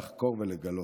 לחקור ולגלות.